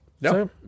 No